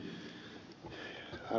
tämä ed